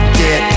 get